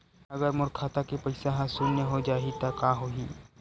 अगर मोर खाता के पईसा ह शून्य हो जाही त का होही?